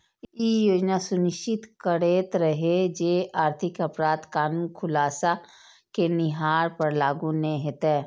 ई योजना सुनिश्चित करैत रहै जे आर्थिक अपराध कानून खुलासा केनिहार पर लागू नै हेतै